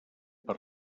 per